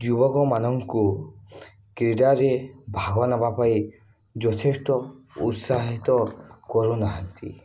ଯୁବକମାନଙ୍କୁ କ୍ରୀଡ଼ାରେ ଭାଗନବା ପାଇଁ ଯଥେଷ୍ଟ ଉତ୍ସାହିତ କରୁନାହାନ୍ତି